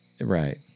Right